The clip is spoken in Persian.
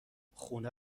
خونه